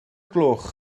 gloch